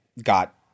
Got